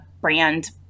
brand